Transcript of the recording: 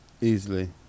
Easily